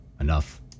Enough